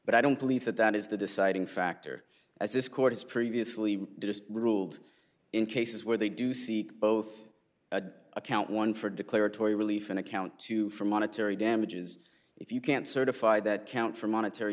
but i don't believe that that is the deciding factor as this court has previously ruled in cases where they do see both a account one for declaratory relief and account two for monetary damages if you can't certify that count for monetary